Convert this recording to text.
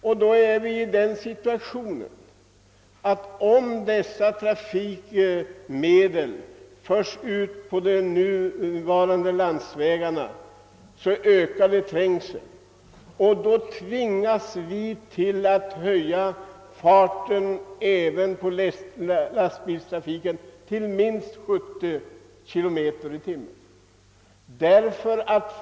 Om denna trafik förs ut på de nuvarande landsvägarna ökar trängseln, och då tvingas vi att höja den högsta tillåtna hastighetsgränsen för lastbilar till minst 70 km i timmen.